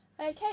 Okay